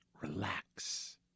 relax